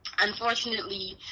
unfortunately